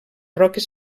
roques